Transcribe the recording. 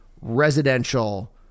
residential